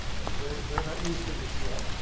they're they're not used to this yet.